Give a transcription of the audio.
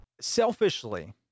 selfishly